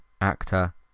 actor